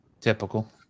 typical